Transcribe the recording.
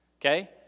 okay